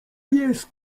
jest